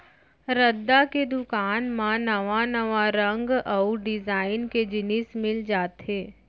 रद्दा के दुकान म नवा नवा रंग अउ डिजाइन के जिनिस मिल जाथे